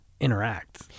interact